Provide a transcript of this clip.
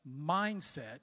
mindset